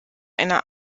einer